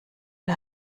der